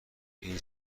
این